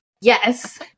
yes